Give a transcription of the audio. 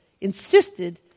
insisted